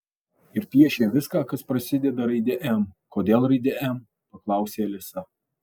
ir piešė viską kas prasideda raide m kodėl raide m paklausė alisa